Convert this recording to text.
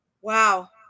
Wow